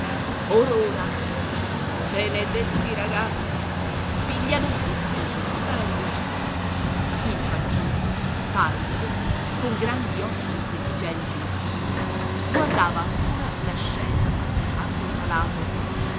ora benedetti ragazzi pigliano tutto sul serio il fanciullo pallido con grandi occhi intelligenti e timidi guardava ancora la scena a sipario calato